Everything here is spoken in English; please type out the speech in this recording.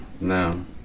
No